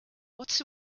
what